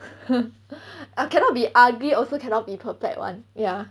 like cannot be ugly also cannot be perfect [one] ya